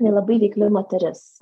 jinai labai veikli moteris